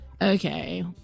Okay